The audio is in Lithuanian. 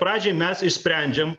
pradžiai mes išsprendžiam